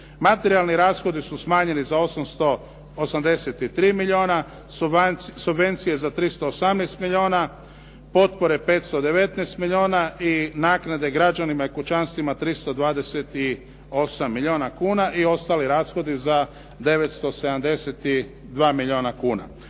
Materijalni rashodi su smanjeni za 883 milijuna, subvencije za 318 milijuna, potpore 519 milijuna i naknade građanima i kućanstvima 328 milijuna kuna i ostali rashodi za 972 milijuna kuna.